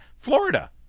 florida